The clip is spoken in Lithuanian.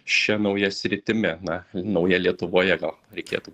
šia nauja sritimi na nauja lietuvoje gal reikėtų